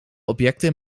objecten